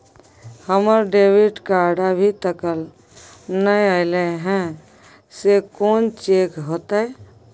हमर debit card अभी तकल नय अयले हैं, से कोन चेक होतै?